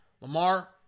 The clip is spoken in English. Lamar